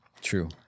True